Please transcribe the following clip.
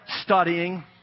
studying